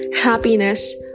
happiness